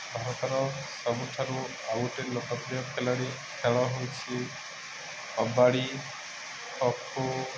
ଭାରତର ସବୁଠାରୁ ଆଉ ଗୋଟେ ଲୋକପ୍ରିୟ ଖେଳାଳି ଖେଳ ହେଉଛି କବାଡ଼ି ଖୋଖୋ